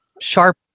sharp